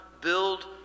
build